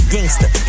Gangster